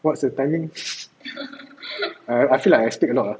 what's the timing I feel like I speak a lot